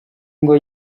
ngo